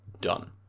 done